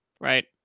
Right